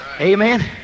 amen